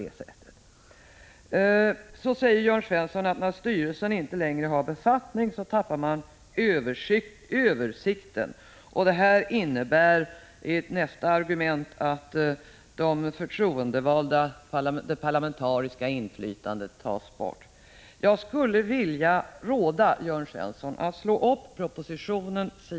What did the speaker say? Jörn Svensson säger att när kriminalvårdsstyrelsen inte längre har befattning med ärendena förlorar den översikten över deras handläggning, och hans andra argument är att det parlamentariska inflytandet försvinner. Jag skulle vilja råda Jörn Svensson att slå upp s. 9 i propositionen.